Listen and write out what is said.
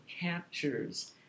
captures